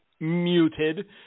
muted